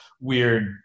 weird